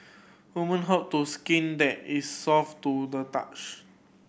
women hope to skin that is soft to the touch